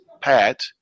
Pat